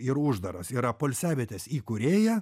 ir uždaras yra poilsiavietės įkūrėja